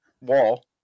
wall